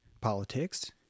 politics